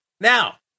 Now